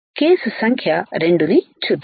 case సంఖ్య 2 ని చూద్దాం